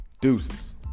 deuces